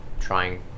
trying